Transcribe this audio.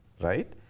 right